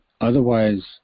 otherwise